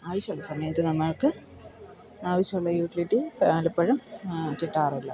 ആവശ്യമുള്ള സമയത്ത് നമ്മൾക്ക് ആവശ്യമുള്ള യൂട്ടിലിറ്റി പലപ്പോഴും കിട്ടാറുമില്ല